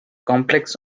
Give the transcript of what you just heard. complex